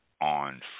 on